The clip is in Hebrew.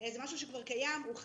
זה משהו שהוא כבר קיים, הוא חדש,